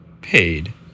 Paid